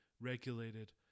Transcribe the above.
regulated